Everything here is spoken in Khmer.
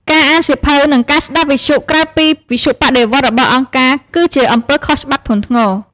ការអានសៀវភៅ ឬការស្ដាប់វិទ្យុក្រៅពីវិទ្យុបដិវត្តន៍របស់អង្គការ គឺជាអំពើខុសច្បាប់ធ្ងន់ធ្ងរ។